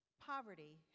Poverty